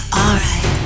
alright